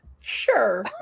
Sure